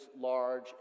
large